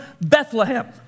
Bethlehem